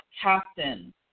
captain